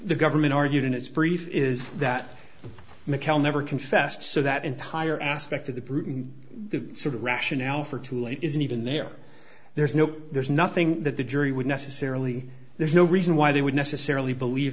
the government argued in its brief is that mcneil never confessed so that entire aspect of the sort of rationale for too late isn't even there there's no there's nothing that the jury would necessarily there's no reason why they would necessarily believe